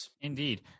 Indeed